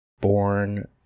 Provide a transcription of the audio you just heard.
born